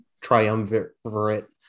triumvirate